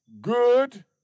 good